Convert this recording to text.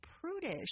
prudish